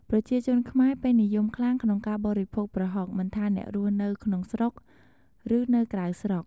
ប្រជាជនខ្មែរពេញនិយមខ្លាំងក្នុងការបរិភោគប្រហុក មិនថាអ្នករស់នៅក្នុងស្រុក ឬនៅក្រៅស្រុក។